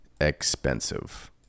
expensive